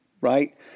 right